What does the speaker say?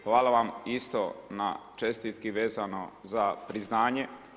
Hvala vam isto na čestitki vezano za priznanje.